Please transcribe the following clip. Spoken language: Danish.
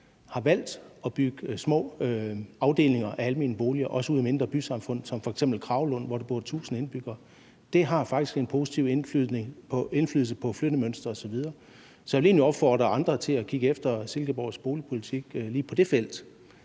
har valgt at bygge små afdelinger af almene boliger, også i mindre bysamfund som f.eks. Kragelund, hvor der bor 1.000 indbyggere. Det har faktisk en positiv indflydelse på flyttemønstre osv., så jeg vil egentlig opfordre andre til at kigge efter Silkeborgs boligpolitik lige på det felt,